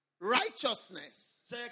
righteousness